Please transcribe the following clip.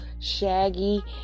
shaggy